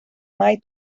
mai